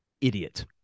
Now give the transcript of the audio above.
Idiot